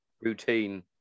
routine